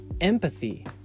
empathy